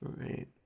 Right